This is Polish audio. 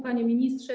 Panie Ministrze!